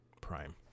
Prime